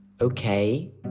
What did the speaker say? Okay